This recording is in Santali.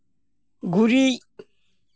ᱜᱩᱨᱤᱡ